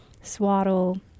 Swaddle